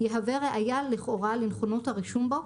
יהווה ראיה לכאורה לנכונות הרשום בו,